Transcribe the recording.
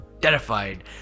terrified